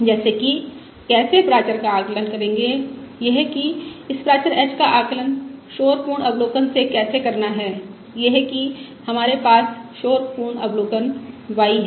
जैसे कि कैसे प्राचर का आकलन करेंगे यह की इस प्राचर h का आकलन शोर पूर्ण अवलोकन से कैसे करना है यह की हमारे पास शोर पूर्ण अवलोकन y है